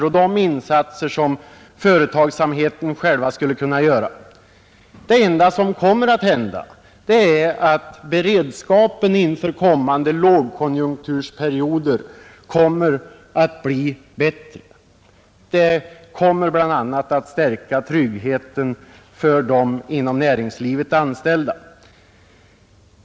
Det enda som kommer att hända är att beredskapen inför kommande lågkonjunktursperioder blir bättre och att tryggheten för de inom näringslivet anställda ökar.